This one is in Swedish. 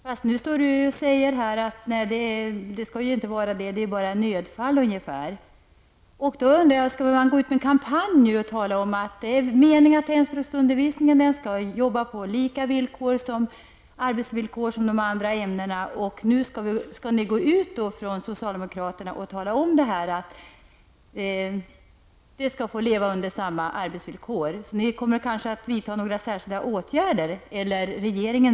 Här har nu Helge Hagberg sagt att det är bara i nödfall som hemspråksundervisningen skall ligga på lördagar. Då undrar jag: Skall man då gå ut i en kampanj och tala om att det är meningen att hemspråksundervisningen skall arbeta på samma arbetsvillkor som de andra ämnena? Skall ni från socialdemokraterna gå ut och tala om det? Kommer ni -- eller möjligen regeringen -- att vidta några särskilda åtgärder för det?